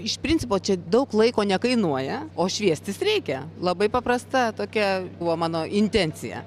iš principo čia daug laiko nekainuoja o šviestis reikia labai paprasta tokia buvo mano intencija